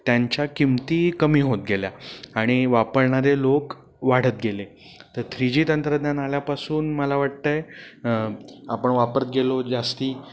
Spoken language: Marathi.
त्यांच्या किंमती कमी होत गेल्या आणि वापरणारे लोक वाढत गेले तर थ्री जी तंत्रज्ञान आल्यापासून मला वाटतं आहे आपण वापरत गेलो जास्त